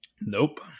Nope